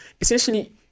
essentially